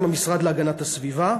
עם המשרד להגנת הסביבה,